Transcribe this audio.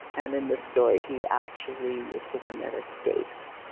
and in the story, he actually is the one that escapes.